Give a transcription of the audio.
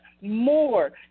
more